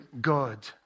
God